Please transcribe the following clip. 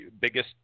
biggest